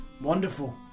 wonderful